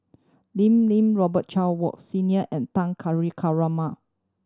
Lim Lee Robet Carr Wood Senior and Kulasekaram